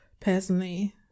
personally